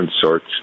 sorts